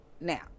Now